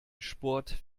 sport